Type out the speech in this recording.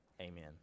Amen